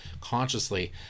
consciously